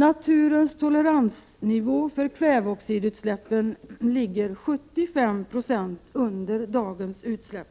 Naturens toleransnivå för kväveoxidutsläppen ligger 75 96 under dagens utsläpp.